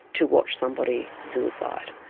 to watch somebody suicide,